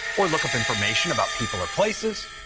or look up information about people or places.